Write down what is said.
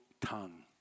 tongue